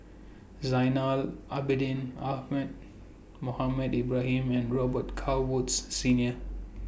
Zainal Abidin Ahmad Mohamed Ibrahim and Robet Carr Woods Senior